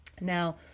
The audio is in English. Now